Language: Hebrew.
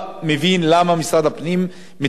עד עכשיו אני לא מבין למה משרד הפנים מתנגד לנקודה הזאת.